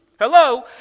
Hello